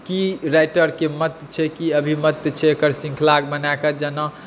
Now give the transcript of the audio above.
की राइटरके मत छै की अभिमत छै एकर शृंखला बनाए कऽ जेना